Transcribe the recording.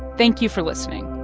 thank you for listening